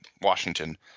Washington